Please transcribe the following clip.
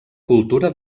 cultura